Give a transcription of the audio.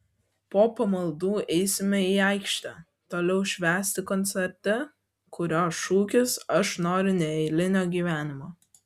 po pamaldų eisime į aikštę toliau švęsti koncerte kurio šūkis aš noriu neeilinio gyvenimo